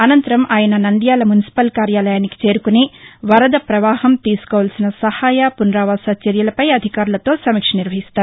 అనంతరం ఆయన నంద్యాల మున్సిపల్ కార్యాలయానికి చేరుకొని వరద పవాహం తీసుకోవల్సిన సహాయ పునరావాస చర్యలపై అధికారులతో సమీక్ష నిర్వహిస్తారు